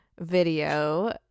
video